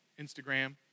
Instagram